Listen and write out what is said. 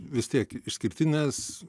vis tiek išskirtinės